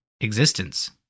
existence